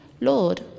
Lord